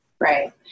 right